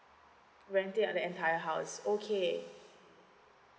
renting out the entire house okay